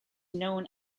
known